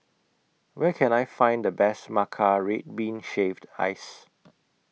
Where Can I Find The Best Matcha Red Bean Shaved Ice